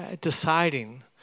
deciding